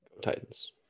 Titans